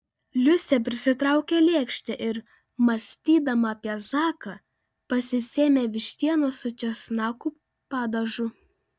liusė prisitraukė lėkštę ir mąstydama apie zaką pasisėmė vištienos su česnakų padažu